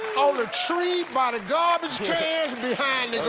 the tree, by the garbage cans, behind